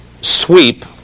sweep